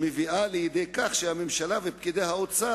שמביאה לידי כך שהממשלה ופקידי האוצר